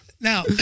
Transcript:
Now